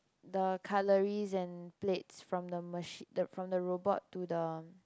the cutlery and plates from the machine~ the from the robot to the